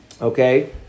okay